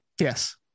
yes